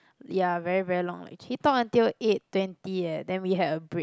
ya very very long lah he talk until eight twenty eh then we had a break